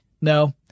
No